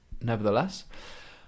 nevertheless